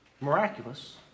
miraculous